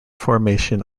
formation